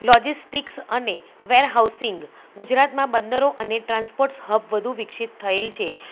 logistics અને warehousing ગુજરાતમાં બંદરો અને ટ્રાન્સપોર્ટ્સ હબ વધુ વિકસિત થયેલ છે